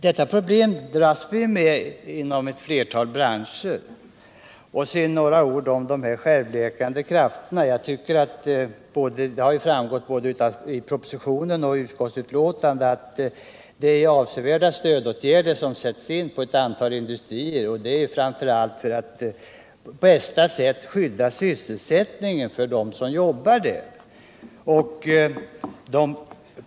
Detta är emellertid ett problem som ett flertal branscher får dras med. Sedan några ord också om de självläkande krafterna. Det har framgått av både propositionen och utskottsbetänkandet att avsevärda stödåtgärder sätts in för ett antal industrier. Detta görs framför allt för att på bästa sätt skydda fortsatt sysselsättning för dem som jobbar där.